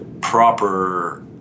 proper